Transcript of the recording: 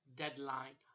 deadline